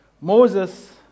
Moses